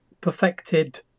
perfected